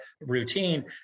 routine